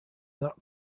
that